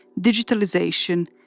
digitalization